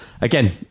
again